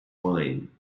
fine